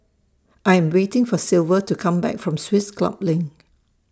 I Am waiting For Silver to Come Back from Swiss Club LINK